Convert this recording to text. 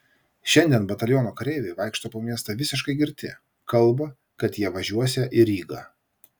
šiandien bataliono kareiviai vaikšto po miestą visiškai girti kalba kad jie važiuosią į rygą